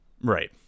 Right